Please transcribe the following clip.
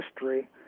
history